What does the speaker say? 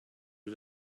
was